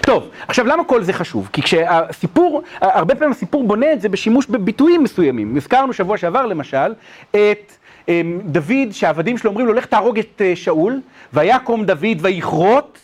טוב עכשיו למה כל זה חשוב, כי כשהסיפור, הרבה פעמים הסיפור בונה את זה בשימוש בביטויים מסוימים, הזכרנו שבוע שעבר למשל, את דוד שהעבדים שלו אומרים לו לך תהרוג את שאול ויקום דוד ויכרות.